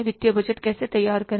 वित्तीय बजट कैसे तैयार करें